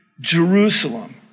Jerusalem